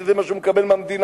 שזה מה שהוא מקבל מהמדינה,